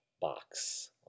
box